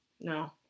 No